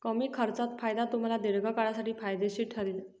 कमी खर्चात फायदा तुम्हाला दीर्घकाळासाठी फायदेशीर ठरेल